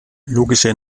logische